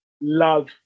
love